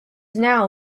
now